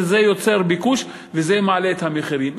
וזה יוצר ביקוש וזה מעלה את המחירים.